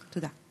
תודה.